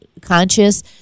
conscious